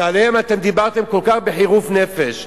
שעליהם אתם דיברתם כל כך בחירוף נפש.